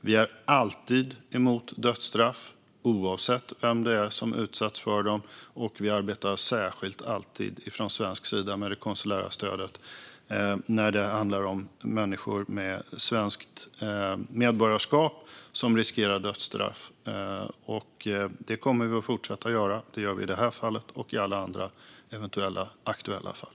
Vi är alltid emot dödsstraff, oavsett vem det är som utsätts för dem. Och vi jobbar alltid från svensk sida särskilt med det konsulära stödet när det handlar om människor med svenskt medborgarskap som riskerar dödsstraff. Det kommer vi att fortsätta göra. Det gör vi i det här fallet och i alla andra eventuella aktuella fall.